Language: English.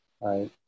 right